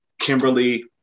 Kimberly